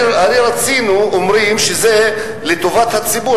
אומרים שזה לטובת הציבור,